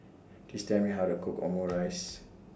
Please Tell Me How to Cook Omurice